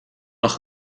lag